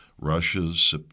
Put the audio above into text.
Russia's